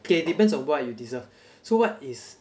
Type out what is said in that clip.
K it depends on what you deserve so what is